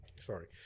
Sorry